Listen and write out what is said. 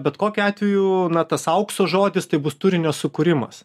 bet kokiu atveju na tas aukso žodis tai bus turinio sukūrimas